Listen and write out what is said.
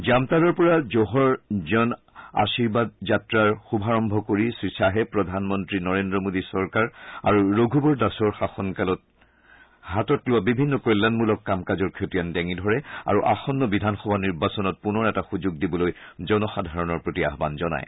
জামতাৰাৰ পৰা জোহৰ জন আশিৰ্বাদ যাত্ৰাৰ শুভাৰম্ভ কৰি শ্ৰীশ্বাহে প্ৰধানমন্ত্ৰী নৰেন্দ্ৰ মোদী চৰকাৰ আৰু ৰঘুবৰ দাসৰ শাসনকালত হাতত লোৱা বিভিন্ন কল্যাণমূলক কাম কাজৰ খতিয়ান দাঙি ধৰে আৰু আসন্ন বিধানসভা নিৰ্বাচনত পুনৰ এটা সুযোগ দিবলৈ জনসাধাৰণৰ প্ৰতি আহান জনায়